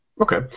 Okay